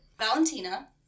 Valentina